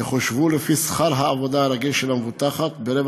יחושבו לפי שכר העבודה הרגיל של המבוטחת ברבע